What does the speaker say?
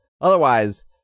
Otherwise